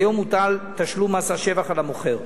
כיום מוטל תשלום מס השבח על המוכר.